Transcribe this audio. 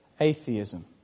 atheism